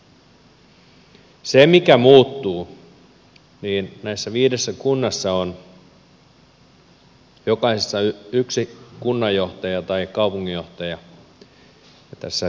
se mikä muuttuu on että näissä viidessä kunnassa on jokaisessa yksi kunnanjohtaja tai kaupunginjohtaja ja tässä syntyneessä kuntaliitoksessa on liitoksen jälkeen viisi kaupunginjohtajaa